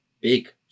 big